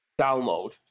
download